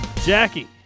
Jackie